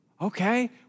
okay